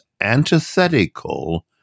antithetical